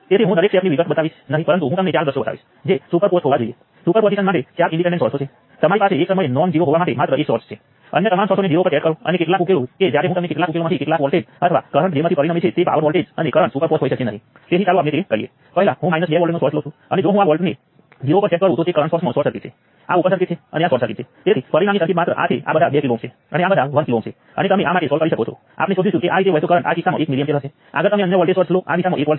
તેથી ફરીથી I x node 1 માંથી ખેંચવામાં આવે છે તેથી આ I 1 માઇનસ I x બને છે અને I x નોડ 2 માં આપવામાં આવે છે તેથી તે વત્તા I x બને છે અને I 3 જેમ છે તેમ જ રહેશે